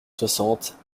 soixante